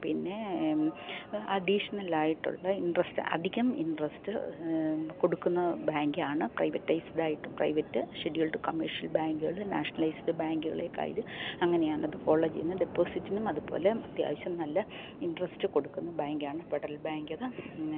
പിന്നെ അഡിഷണലായിട്ടുള്ള ഇൻട്രസ്റ്റ് അധികം ഇൻട്രസ്റ്റ് കൊടുക്കുന്ന ബാങ്കാണ് പ്രൈവറ്റയ്സ്ഡായിട്ട് പ്രൈവറ്റ് ഷെഡ്യൂൾഡ് കൊമേർഷ്യൽ ബാങ്കുകള് നാഷണലൈസ്ഡ് ബാങ്കുകളെക്കാലും അങ്ങനെയാണത് ഫോളോ ചെയ്യുന്നത് ഡെപോസിറ്റിനും അത്പോലെ അത്യാവശ്യം നല്ല ഇൻട്രെസ്റ്റ് കൊടുക്കുന്ന ബാങ്കാണ് ഫെഡറൽ ബാങ്ക് അത് പിന്നെ